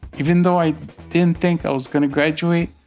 even though i didn't think i was going to graduate,